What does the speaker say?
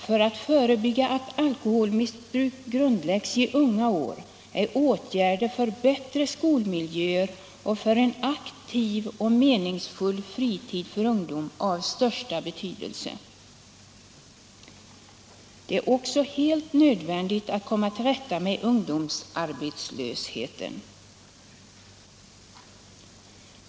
För att förebygga att alkoholmissbruk grundläggs i unga år är åtgärder för bättre skolmiljöer och för en aktiv och meningsfull fritid för ungdomen av största betydelse. Det är också helt nödvändigt att komma till rätta med ungdomsarbetslösheten.